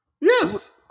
Yes